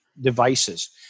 devices